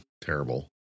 terrible